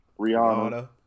Rihanna